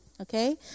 Okay